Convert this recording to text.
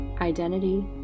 identity